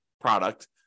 product